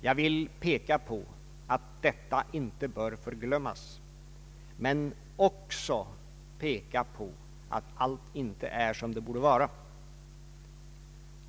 Jag vill peka på att detta inte bör förglömmas, men jag vill också peka på att allt inte är som det borde vara.